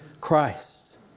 Christ